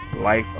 life